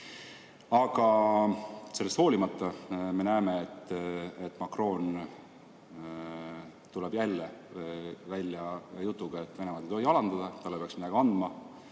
suhtuda. Sellest hoolimata me näeme, et Macron tuleb jälle välja jutuga, et Venemaad ei tohi alandada ja talle peaks midagi andma.